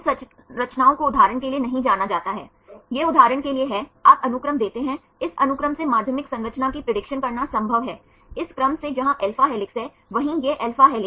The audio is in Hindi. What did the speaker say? हाँ यह उदाहरण के लिए कम पहचान के लिए उपयुक्त नहीं है अगर आपके पास 20 प्रतिशत अनुक्रमिक पहचान का क्रम होना है तो सीडी हिट के लिए संभव नहीं है क्योंकि यह 30 प्रतिशत या 40 प्रतिशत तक सही का उपयोग करता है